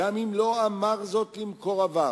גם אם לא אמר זאת למקורביו,